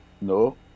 No